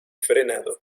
frenado